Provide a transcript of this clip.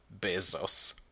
Bezos